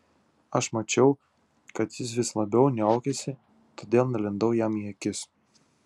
aš mačiau kad jis vis labiau niaukiasi todėl nelindau jam į akis